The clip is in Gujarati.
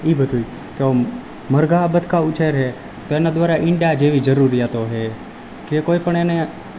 એ બધુંય તો મરઘાં બતકા ઉછેર છે તો એના દ્વારા ઈંડા જેવી જરૂરીયાતો છે કે કોઈપણ એને